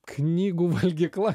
knygų valgykla